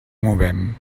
movem